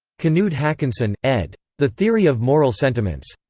knud haakonssen, ed. the theory of moral sentiments.